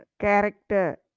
character